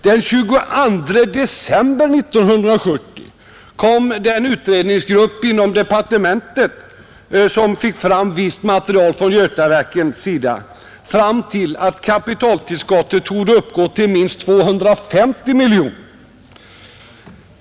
Den 22 december 1970 kom den utredningsgrupp inom departementet som fick fram visst material från Götaverkens sida till det resultatet att behovet av kapitaltillskott torde utgöra minst 250 miljoner.